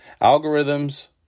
Algorithms